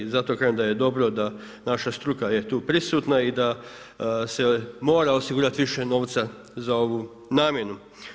Zato kažem da je dobro da naša struka je tu prisutna i da se mora osigurati više novca za ovu namjenu.